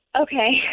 Okay